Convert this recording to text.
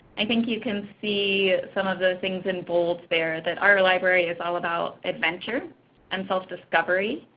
i think you can see some of those things in bold there, that our library is all about adventure and self discovery.